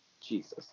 Jesus